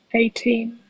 eighteen